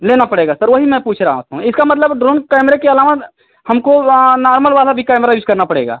लेना पड़ेगा सर वही मैं पूछ रहा हूँ इसका मतलब ड्रोन कैमरे के अलावा हमको नार्मल वाला भी कैमरा यूज करना पड़ेगा